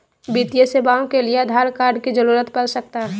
वित्तीय सेवाओं के लिए आधार कार्ड की जरूरत पड़ सकता है?